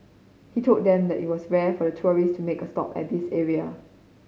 he told them that it was rare for tourist to make a stop at this area